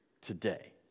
today